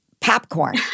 popcorn